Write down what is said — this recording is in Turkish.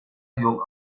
yol